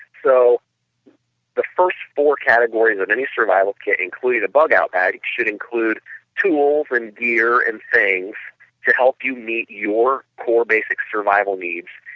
so the first four categories on any survival kit include a bug-out bag, it should include tools and gears and things to help you meet your core basic survival needs,